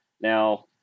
Now